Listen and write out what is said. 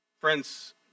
Friends